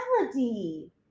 melody